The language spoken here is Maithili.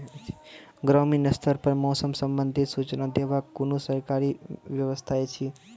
ग्रामीण स्तर पर मौसम संबंधित सूचना देवाक कुनू सरकारी व्यवस्था ऐछि?